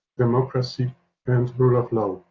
democracy and the rule of law.